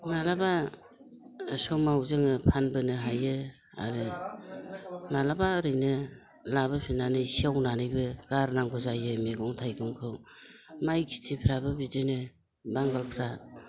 माब्लाबा समाव जोङो फानबोनो हायो आरो माब्लाबा ओरैनो लाबोफिननानै सेवनानैबो गारनांगौ जायो मैगं थाइगंखौ माइ खिथिफ्राबो बिदिनो बांगालफ्रा